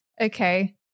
okay